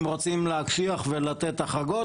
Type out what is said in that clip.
אם רוצים להקשיח ולתת החרגות,